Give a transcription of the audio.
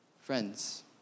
friends